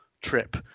trip